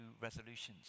resolutions